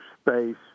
space